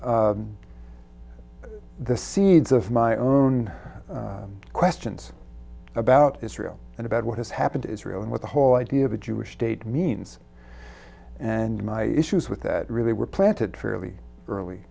the seeds of my own questions about israel and about what has happened israel and what the whole idea of the jewish state means and my issues with that really were planted fairly early